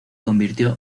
convirtió